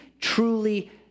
truly